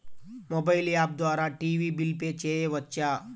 Mobile app ద్వారా TV bill pay చేయవచ్చా?